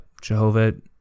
Jehovah